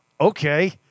okay